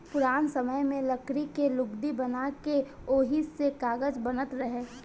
पुरान समय में लकड़ी के लुगदी बना के ओही से कागज बनत रहे